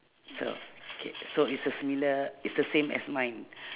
so okay so is a similiar is the same as mine